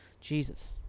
Jesus